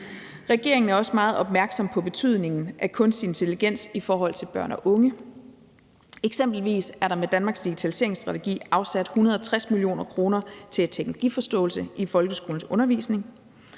Regeringen er også meget opmærksom på betydningen af kunstig intelligens i forhold til børn og unge. Eksempelvis er der med Danmarks digitaliseringsstrategi afsat 160 mio. kr. til teknologiforståelse i folkeskolens undervisning,